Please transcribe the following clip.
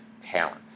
talent